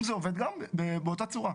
היום זה עובד באותה צורה.